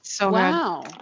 wow